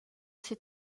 ses